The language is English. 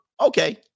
Okay